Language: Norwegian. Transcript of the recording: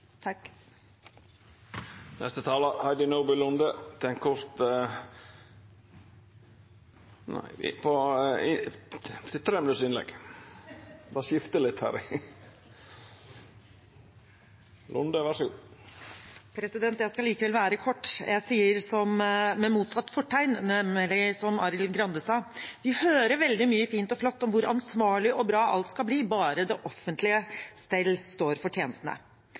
Jeg skal være kort. Jeg sier som Arild Grande, med motsatt fortegn: Vi hører veldig mye fint og flott om hvor ansvarlig og bra alt skal bli bare det offentlige selv står for tjenestene.